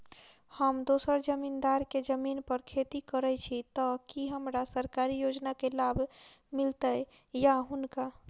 हम दोसर जमींदार केँ जमीन पर खेती करै छी तऽ की हमरा सरकारी योजना केँ लाभ मीलतय या हुनका?